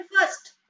first